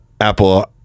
Apple